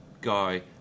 guy